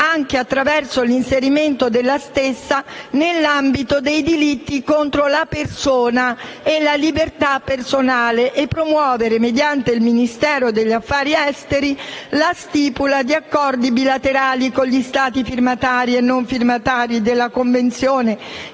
anche attraverso l'inserimento della stessa nell'ambito dei delitti contro la persona e la liberta personale; a promuovere, mediante il Ministero degli affari esteri, la stipula di accordi bilaterali con gli Stati firmatari e non firmatari della Convenzione